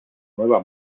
nueva